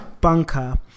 bunker